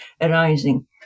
arising